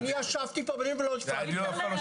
אני ישבתי פה ולא הפרעתי.